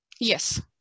Yes